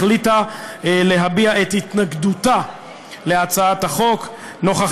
החליטה להביע את התנגדותה להצעת החוק נוכח